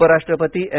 उपराष्ट्रपती एम